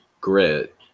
grit